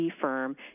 firm